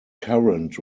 current